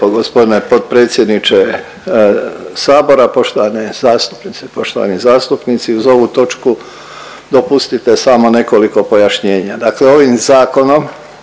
poštovane zastupnice i poštovani zastupnici. Uz ovu točku dopustite samo nekoliko pojašnjenja, dakle ovim zakonom